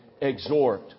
exhort